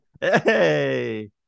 Hey